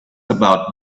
about